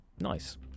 Nice